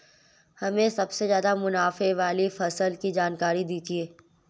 हमें सबसे ज़्यादा मुनाफे वाली फसल की जानकारी दीजिए